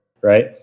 right